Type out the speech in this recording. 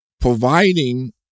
providing